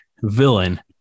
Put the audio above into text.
villain